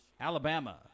Alabama